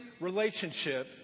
relationship